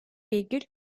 virgül